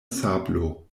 sablo